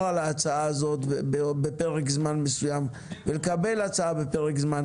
על ההצעה הזאת בפרק זמן מסוים ולקבל הצעה בפרק זמן.